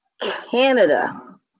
Canada